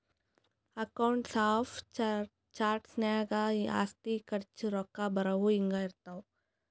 accounts of charts ನಾಗ್ ಆಸ್ತಿ, ಖರ್ಚ, ರೊಕ್ಕಾ ಬರವು, ಹಿಂಗೆ ಇರ್ತಾವ್